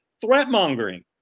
threat-mongering